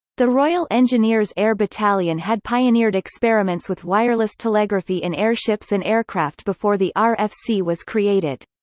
the royal engineers' air battalion had pioneered experiments with wireless telegraphy in airships and aircraft before the ah rfc was created.